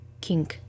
king